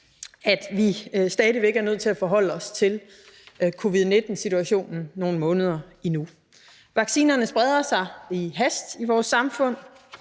at vi stadig væk er nødt til at forholde os til covid-19-situationen nogle måneder endnu. Vaccinerne spreder sig i hast i vores samfund.